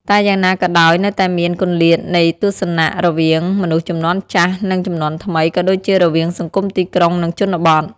តែយ៉ាងណាក៏ដោយនៅតែមាន គម្លាតនៃទស្សនៈ រវាងមនុស្សជំនាន់ចាស់ និងជំនាន់ថ្មី ក៏ដូចជារវាងសង្គមទីក្រុង និងជនបទ ។